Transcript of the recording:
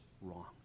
wrong